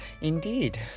indeed